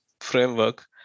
framework